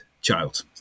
child